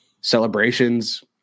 celebrations